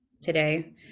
today